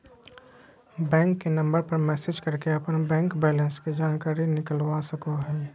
bank के number पर message करके अपन बैंक बैलेंस के जानकारी निकलवा सको हो